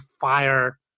fire